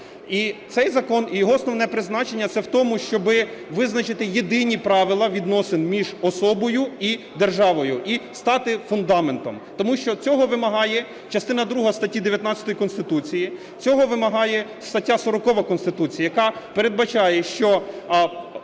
І цей закон, його основне призначення – це в тому, щоби визначити єдині правила відносин між особою і державою, і стати фундаментом. Тому що цього вимагає частина друга статті 19 Конституції, цього вимагає стаття 40 Конституції, яка передбачає, що